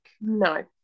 No